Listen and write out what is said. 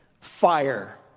fire